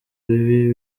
bibi